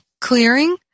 Clearing